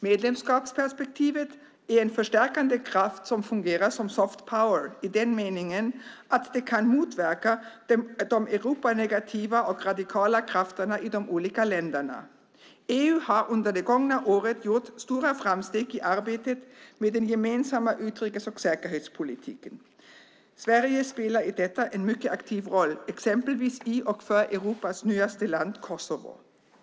Medlemskapsperspektivet är en förstärkande kraft som fungerar som soft power i den meningen att det kan motverka de Europanegativa och radikala krafterna i de olika länderna. EU har under det gångna året gjort stora framsteg i arbetet med den gemensamma utrikes och säkerhetspolitiken. Sverige spelar i detta en mycket aktiv roll, exempelvis i och för Europas nyaste land, Kosovo.